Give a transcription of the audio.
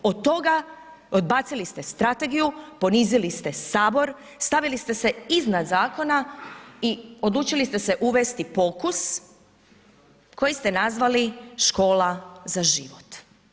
Od toga, odbacili ste strategiju, ponizili ste Sabor, stavili ste se iznad zakona i odlučili ste se uvesti pokus koji ste nazvali škola za život.